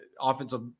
offensive